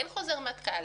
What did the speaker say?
אין חוזר מנכ"ל,